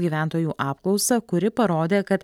gyventojų apklausą kuri parodė kad